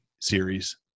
series